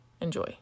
Enjoy